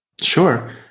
Sure